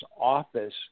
office